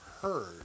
heard